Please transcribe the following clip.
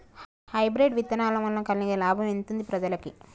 Hybrid విత్తనాల వలన కలిగే లాభం ఎంతుంది ప్రజలకి?